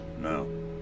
no